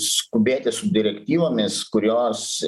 skubėti su direktyvomis kurios